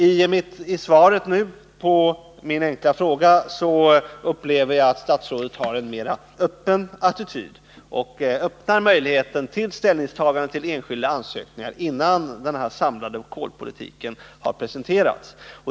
Jag upplever det så att statsrådet i svaret på min fråga har en mer öppen attityd och öppnar möjligheter till ställningstaganden till enskilda ansökningar innan den samlade kolpolitiken har presenterats.